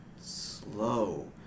slow